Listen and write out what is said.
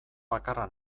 bakarra